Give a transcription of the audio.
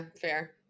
fair